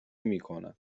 میکند